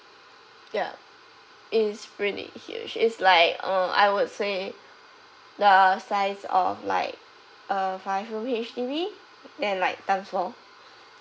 ya it's pretty huge it's like uh I would say the size of like uh five room H_D_B then like times four